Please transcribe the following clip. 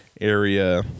area